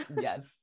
Yes